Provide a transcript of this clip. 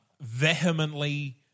vehemently